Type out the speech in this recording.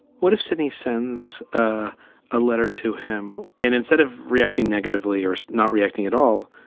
what if sydney sends a letter to him and instead of reacting negatively or not reacting at all?